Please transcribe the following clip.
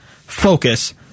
focus